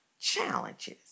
challenges